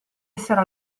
essere